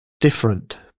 different